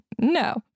No